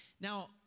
Now